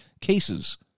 cases